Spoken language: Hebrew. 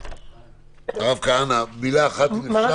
הרב כהנא, בבקשה.